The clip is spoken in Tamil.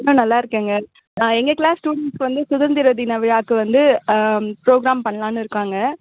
நான் நல்லாயிருக்கேங்க ஆ எங்கள் க்ளாஸ் ஸ்டூடெண்ட்ஸ் வந்து சுதந்திர தின விழாவுக்கு வந்து ப்ரோக்ராம் பண்ணலான்னு இருக்காங்க